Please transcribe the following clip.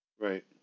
Right